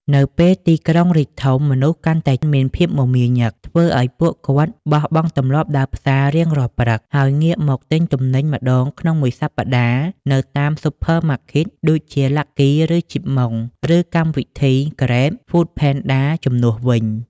នៅពេលទីក្រុងរីកធំ មនុស្សកាន់តែមានភាពមមាញឹក ធ្វើឱ្យពួកគាត់បោះបង់ទម្លាប់ដើរផ្សាររៀងរាល់ព្រឹក ហើយងាកមកទិញទំនិញម្ដងក្នុងមួយសប្ដាហ៍នៅតាម Supermarkets (ដូចជា Lucky ឬ Chip Mong) ឬកម្មវិធី Grab/Foodpanda ជំនួសវិញ។